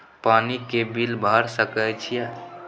पानी के बिल भर सके छियै?